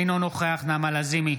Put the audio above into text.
אינו נוכח נעמה לזימי,